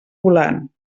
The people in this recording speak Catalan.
volant